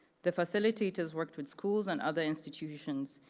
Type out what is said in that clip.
the facilitators worked with schools and other institutions,